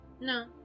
No